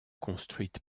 construite